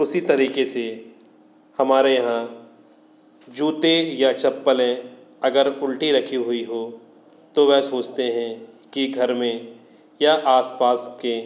उसी तरीक़े से हमारे यहाँ जूते या चप्पलें अगर उल्टी रखी हुई हो तो वे सोचते हैं कि घर में या आस पास के